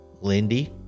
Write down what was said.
Lindy